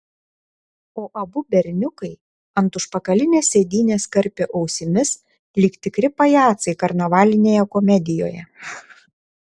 o abu berniukai ant užpakalinės sėdynės karpė ausimis lyg tikri pajacai karnavalinėje komedijoje